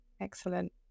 excellent